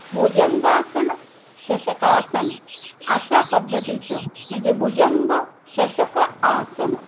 भुजंगासन शशकासन अशा पद्धतीचं म्हणजे भुजंग शशक आसनं